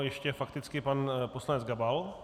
Ještě fakticky pan poslanec Gabal.